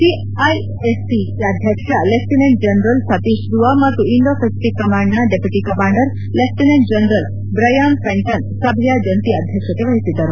CISC ಅಧ್ಯಕ್ಷ lieutenant general Satish Dua ಮತ್ತು Indo Pacific ಕಮಾಂಡ್ನ deputy commander lieutenant general Brian Fenton ಸಭೆಯ ಜಂಟಿ ಅಧ್ಯಕ್ಷತೆವಹಿಸಿದ್ದರು